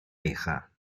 hija